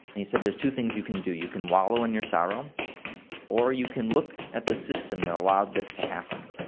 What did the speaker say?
said there's two things you can do you can wallow in your sorrow, um or you can look at the system that allowed this to happen,